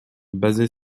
basé